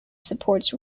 supports